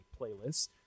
playlists